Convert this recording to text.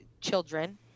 children